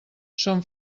són